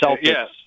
yes